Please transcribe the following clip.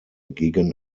gegen